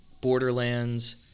Borderlands